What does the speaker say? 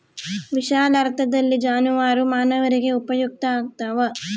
ವಿಶಾಲಾರ್ಥದಲ್ಲಿ ಜಾನುವಾರು ಮಾನವರಿಗೆ ಉಪಯುಕ್ತ ಆಗ್ತಾವ